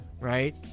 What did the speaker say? Right